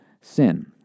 sin